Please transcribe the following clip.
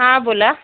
हां बोला